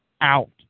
out